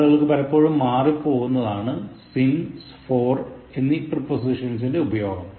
ആളുകൾക്ക് പലപ്പോഴും മാറിപ്പോകുന്നതാണ് since for എന്നീ പ്രിപ്പൊസിഷൻസിൻറെ ഉപയോഗം